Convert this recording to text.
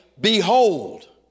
Behold